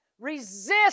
resist